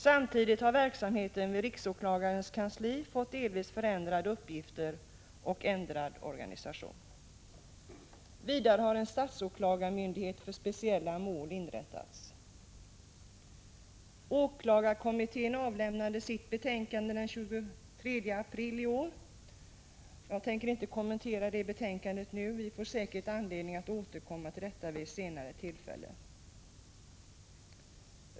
Jämsides härmed har verksamheten vid riksåklagarens kansli fått delvis ändrade uppgifter och ändrad organisation. Vidare har en statsåklagarmyndighet för speciella mål inrättats. Åklagarkommittén avlämnade sitt betänkande den 23 aprili år. Jag tänker inte kommentera det betänkandet nu — vi får säkert anledning att återkomma till frågan vid ett senare tillfälle.